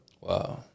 Wow